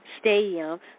Stadium